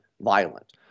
violent